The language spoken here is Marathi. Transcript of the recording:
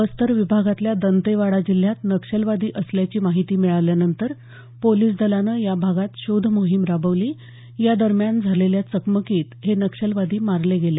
बस्तर विभागातल्या दंतेवाडा जिल्ह्यात नक्षलवादी असल्याची माहिती मिळाल्यानंतर पोलिस दलाने या भागात शोधमोहीम राबवली या दरम्यान झालेल्या चकमकीत हे नक्षलवादी मारले गेले